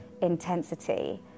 intensity